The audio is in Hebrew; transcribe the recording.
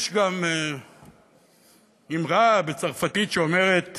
יש גם אמרה בצרפתית שאומרת